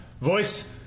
voice